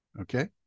Okay